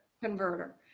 converter